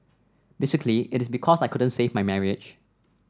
basically it is because I couldn't save my marriage